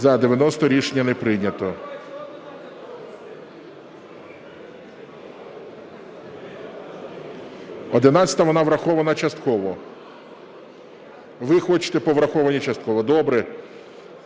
За-90 Рішення не прийнято. 11-а, вона врахована частково. Ви хочете по врахованій частково? Добре.